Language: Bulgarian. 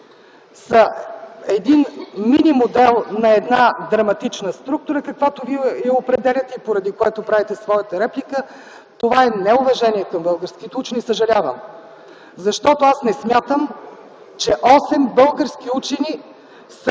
са един минимодел на една драматична структура, каквато Вие я определяте и поради което правите своята реплика, това е неуважение към българските учени. Съжалявам! Защото аз не смятам, че 8 български учени са